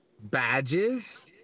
Badges